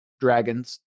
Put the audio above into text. dragons